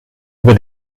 über